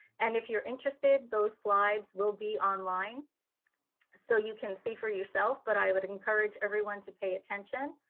and if you are interested those slides will be online so you can see for yourself. but i would encourage everyone to pay attention,